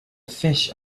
fish